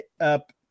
up